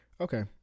Okay